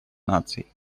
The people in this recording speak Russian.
наций